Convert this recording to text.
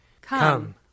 Come